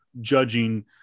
judging